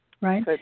Right